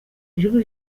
ijwi